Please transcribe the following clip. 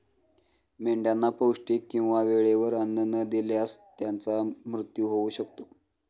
मेंढ्यांना पौष्टिक किंवा वेळेवर अन्न न दिल्यास त्यांचा मृत्यू होऊ शकतो